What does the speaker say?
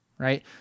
Right